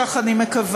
כך אני מקווה.